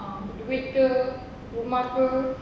um duit ke rumah ke